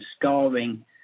scarring